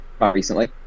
recently